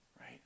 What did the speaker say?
right